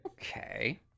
Okay